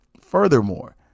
furthermore